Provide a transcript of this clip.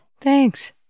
thanks